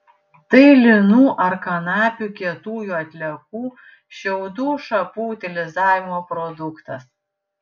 tai linų ar kanapių kietųjų atliekų šiaudų šapų utilizavimo produktas